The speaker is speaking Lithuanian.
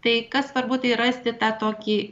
tai kas svarbu tai rasti tą tokį